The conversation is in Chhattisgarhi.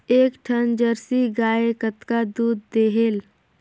एक ठन जरसी गाय कतका दूध देहेल?